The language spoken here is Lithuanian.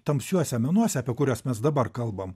tamsiuose menuose apie kuriuos mes dabar kalbam